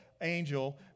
angel